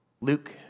Luke